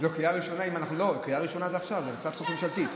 קריאה ראשונה זה עכשיו, זו הצעת חוק ממשלתית.